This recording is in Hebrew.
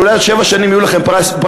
אולי בעוד שבע שנים יהיו לכם פריימריז,